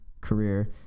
career